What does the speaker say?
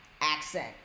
accent